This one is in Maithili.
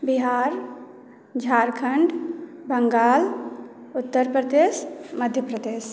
बिहार झारखण्ड बंगाल उत्तरप्रदेश मध्यप्रदेश